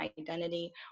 identity